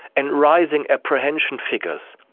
and rising apprehension figures.